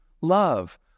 love